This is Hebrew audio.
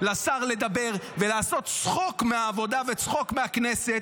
לשר לדבר ולעשות צחוק מהעבודה וצחוק מהכנסת,